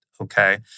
Okay